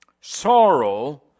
Sorrow